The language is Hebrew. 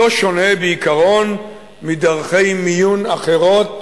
לא שונה בעיקרון מדרכי מיון אחרות,